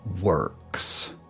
works